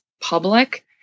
public